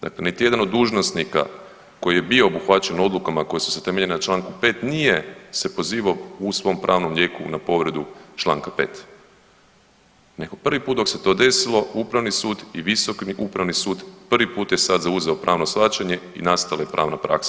Dakle niti jedan od dužnosnika koji je bio obuhvaćen odlukama koje su se temeljile na članku 5. nije se pozivao u svom pravnom lijeku na povredu članka 5., nego prvi put dok se to desilo Upravni sud i Visoki upravni sud prvi put je sada zauzeo pravno shvaćanje i nastala je pravna praksa.